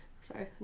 sorry